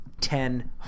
Ten